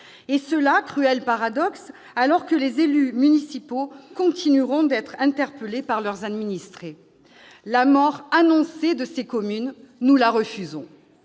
et cela, cruel paradoxe, alors que les élus municipaux continueront d'être interpellés par leurs administrés ? La mort annoncée de ces communes, nous la refusons